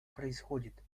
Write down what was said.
происходит